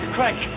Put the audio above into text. Craig